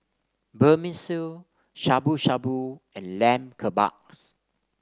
Vermicelli Shabu Shabu and Lamb Kebabs